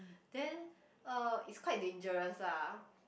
then uh it's quite dangerous lah